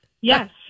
yes